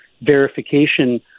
verification